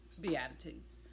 Beatitudes